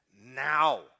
now